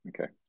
Okay